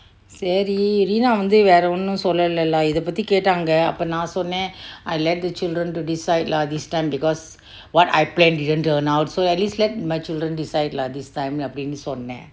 செறி:ceri rina வண்டே வேற ஒன்னும் சொல்லுலேல இதைப்பத்தி கேட்டாங்கே அப்பே ந சொன்னே:vante vera onnum collulela itaippatti kettanke appe na conne I let the children to decide lah this time because what I plan didn't turn out so at least let my children decide lah this time அப்டின்னா நா சொன்னே:aptinna naa conne